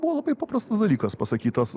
buvo labai paprastas dalykas pasakytas